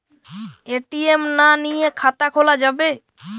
ATM না নিয়ে খাতা খোলা যাবে?